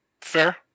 Fair